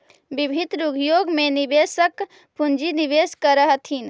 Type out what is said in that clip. विभिन्न उद्योग में निवेशक पूंजी निवेश करऽ हथिन